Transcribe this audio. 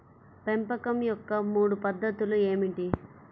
పెంపకం యొక్క మూడు పద్ధతులు ఏమిటీ?